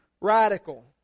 radical